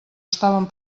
estàvem